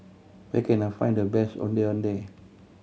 where can I find the best Ondeh Ondeh